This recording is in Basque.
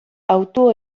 auto